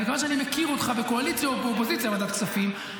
ומכיוון שאני מכיר אותך בקואליציה ובאופוזיציה בוועדת כספים,